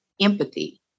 empathy